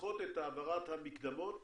לדחות את העברת המקדמות